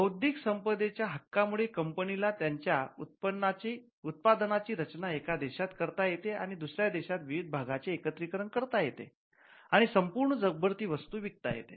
बौद्धिक संपदेच्या हक्का मुळे कंपनीला त्यांच्या उत्पादनची रचना एका देशांत करतात येते आणि दुसऱ्या देशात विविध भागांचे एकत्रीकरण करता येते आणि संपूर्ण जगभर ती वस्तू विकता येते